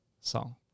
song